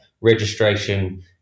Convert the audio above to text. registration